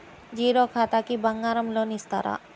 Zero ఖాతాకి బంగారం loan ఇస్తారా?